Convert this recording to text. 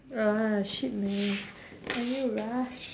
ah shit man I need to rush